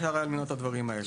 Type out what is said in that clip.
היה אפשר למנוע את הדברים האלה.